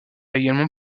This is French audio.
également